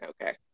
Okay